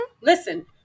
listen